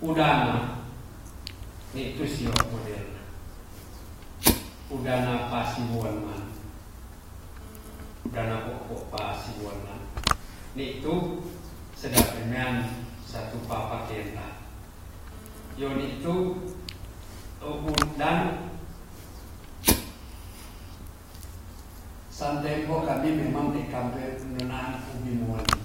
Udana ni tu sio modelna udana pa siwon man dana poo'po pa siwon man nitu sedap remean satu papakenta. yo ni tu u dana san tempo kami memang dei kampe nenaan u bimoli.